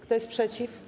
Kto jest przeciw?